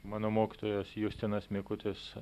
mano mokytojas justinas mikutis